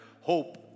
hope